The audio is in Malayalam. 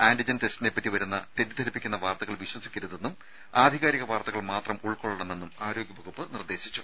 ആന്റിജൻ ടെസ്റ്റിനെപ്പറ്റി വരുന്ന തെറ്റിദ്ധരിപ്പിക്കുന്ന വാർത്തകൾ വിശ്വസിക്കരുതെന്നും ആധികാരിക വാർത്തകൾ മാത്രം ഉൾക്കൊള്ളണമെന്നും ആരോഗ്യവകുപ്പ് നിർദ്ദേശിച്ചു